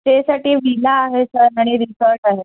स्टेसाठी villa आहे sir आणि resort आहे